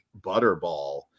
Butterball